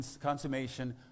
consummation